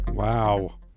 Wow